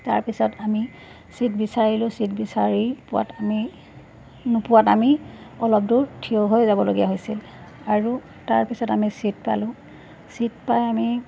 তাৰপিছত আমি চিট বিচাৰিলোঁ চিট বিচাৰি পোৱাত আমি নোপোৱাত আমি অলপ দূৰ থিয় হৈ যাবলগীয়া হৈছিল আৰু তাৰপিছত আমি চিট পালোঁ চিট পাই আমি